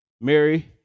Mary